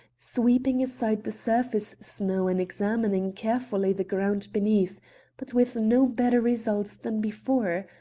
sweeping aside the surface snow and examining carefully the ground beneath but with no better results than before.